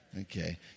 Okay